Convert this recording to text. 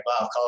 wow